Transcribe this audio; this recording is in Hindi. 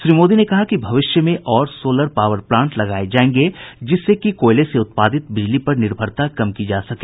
श्री मोदी ने कहा कि भविष्य में और सोलर पावर प्लांट लगाये जायेंगे जिससे की कोयले से उत्पादित बिजली पर निर्भरता कम की जा सके